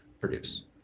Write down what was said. produce